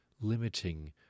limiting